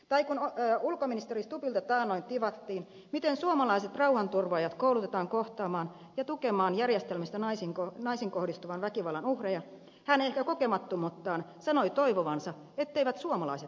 tai kun ulkoministeri stubbilta taannoin tivattiin miten suomalaiset rauhanturvaajat koulutetaan kohtaamaan järjestelmällistä naisiin kohdistuvaa väkivaltaa ja tukemaan sen poistoa hän ehkä kokemattomuuttaan sanoi toivovansa etteivät suomalaiset näe sellaista